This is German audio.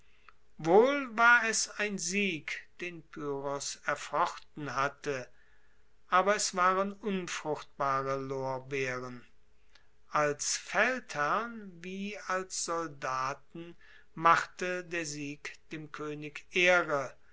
wohl war es ein sieg den pyrrhos erfochten hatte aber es waren unfruchtbare lorbeeren als feldherrn wie als soldaten machte der sieg dem koenig ehre